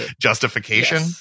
justification